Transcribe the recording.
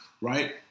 right